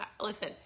listen